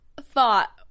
thought